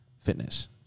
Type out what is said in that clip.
fitness